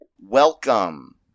Welcome